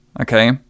Okay